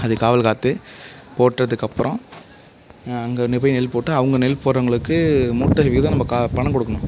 அதுக்கு காவல் காத்து போட்டதுக்கப்புறம் அங்கே அங்கே போய் நெல் போட்டு அவங்க நெல் போடுகிறவங்களுக்கு மூட்டைக்கு வீதம் நம்ப கா பணம் கொடுக்கணும்